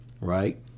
right